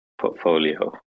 portfolio